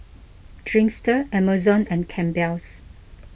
Dreamster Amazon and Campbell's